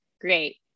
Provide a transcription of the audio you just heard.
Great